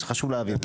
זה חשוב להבין.